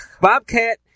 Bobcat